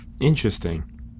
Interesting